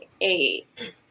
eight